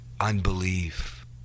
unbelief